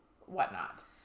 whatnot